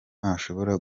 ntashobora